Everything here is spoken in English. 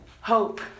Hope